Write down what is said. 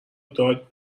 داد